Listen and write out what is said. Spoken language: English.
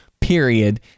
period